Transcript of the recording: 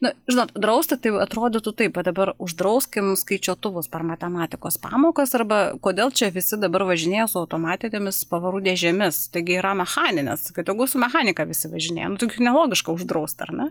na žinot drausti tai va atrodytų taip va dabar uždrauskim skaičiuotuvus per matematikos pamokas arba kodėl čia visi dabar važinėja su automatinėmis pavarų dėžėmis taigi yra mechaninės kad tegul su mechanika visi važinėja nu tokių nelogiška uždraust ar ne